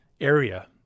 area